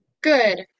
Good